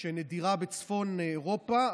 נדירה בצפון אירופה,